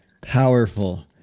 powerful